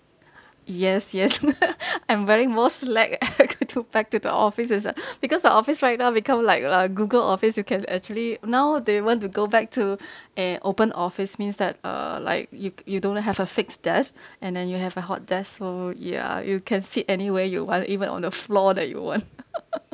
yes yes I'm wearing most slack to back to the office as uh because my office right now become like a uh google office you can actually now they want to go back to err open office means that uh like you you don't have a fixed desk and then you have a hot desk so ya you can sit anywhere you want even on the floor that you want